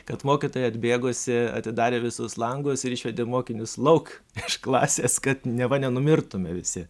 kad mokytoja atbėgusi atidarė visus langus ir išvedė mokinius lauk iš klasės kad neva nenumirtume visi